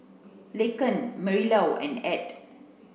Laken Marilou and Add